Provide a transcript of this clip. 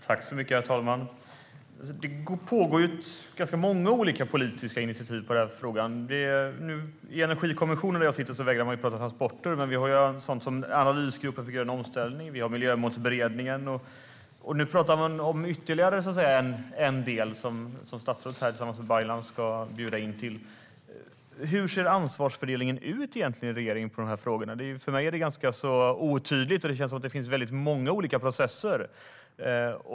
Herr talman! Det har tagits ganska många politiska initiativ i den här frågan. I Energikommissionen, som jag sitter med i, vägrar man att prata om transporter. Sedan finns Analysgruppen för grön omställning och Miljömålsberedningen. Nu pratar man om ytterligare ett arbete där statsrådet tillsammans med Baylan ska bjuda in olika intressenter. Hur ser ansvarsfördelningen i regeringen ut egentligen? För mig är den ganska otydlig. Det verkar som att det är väldigt många olika processer på gång.